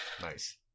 Nice